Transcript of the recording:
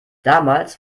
damals